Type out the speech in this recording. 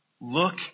Look